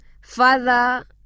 Father